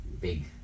big